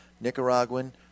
Nicaraguan